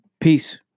Peace